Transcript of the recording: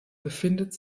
befindet